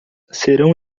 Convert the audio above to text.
serão